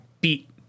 beat